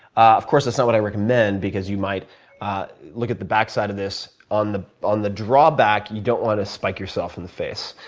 of course, that's not what i recommend because you might look at the back side of this. on the on the drawback, you don't want to spike yourself in the face,